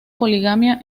poligamia